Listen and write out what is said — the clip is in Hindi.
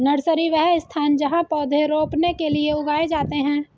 नर्सरी, वह स्थान जहाँ पौधे रोपने के लिए उगाए जाते हैं